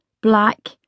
black